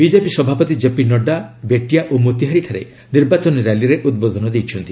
BJP ସଭାପତି JP Nadda Bettiah ଓ ମୋତିହାରୀଠାରେ ନିର୍ବାଚନ ର୍ୟାଲିରେ ଉଦ୍ବୋଧନ ଦେଇଛନ୍ତି